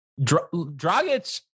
Dragic